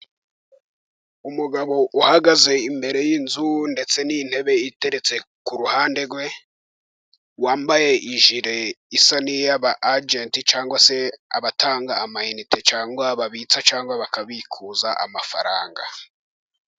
Umugabo uhagaze imbere y'inzu ndetse n'intebe iteretse ku ruhande rwe, wambaye ijiri yabegenti cyangwa se abatanga amayinite, cyangwa babitsa, cyangwa bakabikuza amafaranga.